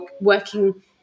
working